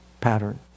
pattern